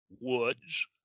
woods